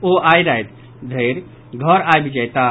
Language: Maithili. ओ आई राति धरि घर आबि जायताह